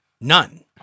None